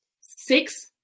six